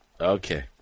Okay